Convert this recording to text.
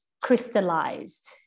crystallized